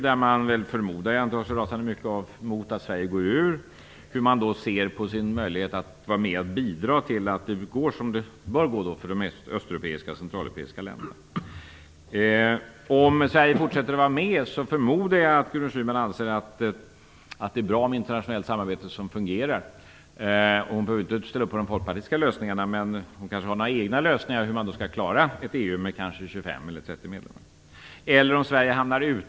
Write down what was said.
Jag förmodar att man inte har så rasande mycket emot att Sverige skulle gå ur EU. Hur ser man då på sina möjligheter att bidra till att det går som det bör gå för de östeuropeiska och centraleuropeiska länderna? Om Sverige fortsätter att vara medlem förmodar jag att Gudrun Schyman anser att det är bra med internationellt samarbete som fungerar. Hon behöver ju inte stödja de folkpartistiska lösningarna, men hon har kanske några egna förslag till hur man skall klara ett EU med kanske 25 eller 30 medlemmar.